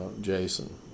Jason